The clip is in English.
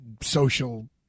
social